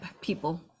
people